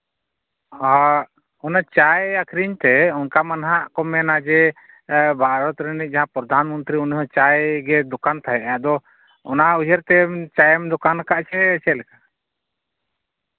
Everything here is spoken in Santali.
ᱚᱱᱮ ᱪᱟᱭ ᱟᱹᱠᱷᱨᱤᱧ ᱛᱮ ᱚᱱᱠᱟ ᱢᱟ ᱱᱟᱦᱟᱸᱜ ᱠᱚ ᱢᱮᱱᱟ ᱡᱮ ᱵᱷᱟᱨᱚᱛ ᱨᱤᱱᱤᱡ ᱯᱨᱚᱫᱷᱟᱱ ᱢᱚᱱᱛᱨᱤ ᱩᱱᱤ ᱪᱟᱭᱜᱮ ᱫᱚᱠᱟᱱ ᱛᱟᱦᱮᱸᱜᱼᱮ ᱟᱫᱚ ᱚᱱᱟ ᱩᱭᱦᱟᱹᱨ ᱛᱮ ᱪᱟᱭᱮᱢ ᱫᱚᱠᱟᱜᱼᱟ ᱥᱮ ᱪᱮᱫ ᱞᱮᱠᱟ